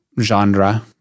genre